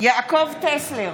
יעקב טסלר,